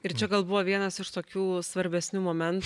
ir čia gal buvo vienas iš tokių svarbesnių momentų